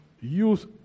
Use